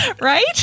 Right